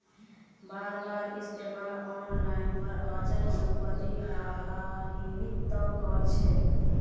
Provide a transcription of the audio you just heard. बार बार इस्तमालत आन ल पर अचल सम्पत्ति लाभान्वित त कर छेक